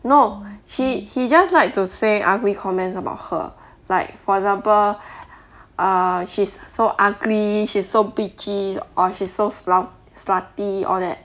no he he just like to say ugly comments about her like for example err she's so ugly she's so bitchy or she's so slu~ slutty all that